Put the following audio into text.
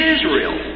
Israel